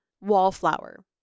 wallflower